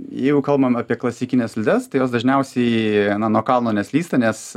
jeigu kalbam apie klasikines slides tai jos dažniausiai na nuo kalno neslysta nes